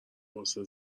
واسه